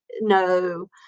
no